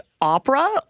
opera